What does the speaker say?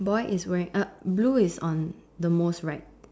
boy is wearing uh blue is on the most right